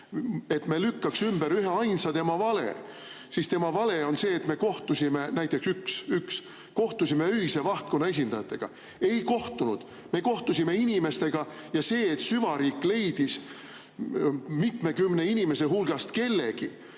võiks lükata ümber üheainsagi tema vale, siis üks tema vale on see, et me kohtusime Öise Vahtkonna esindajatega. Ei kohtunud! Me kohtusime inimestega. Ja see, et süvariik leidis mitmekümne inimese hulgast kellegi,